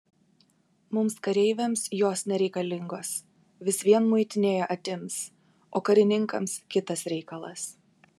mums kareiviams jos nereikalingos vis vien muitinėje atims o karininkams kitas reikalas